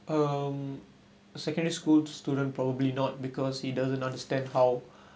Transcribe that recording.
um secondary school student probably not because he doesn't understand how